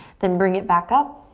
then bring it back up.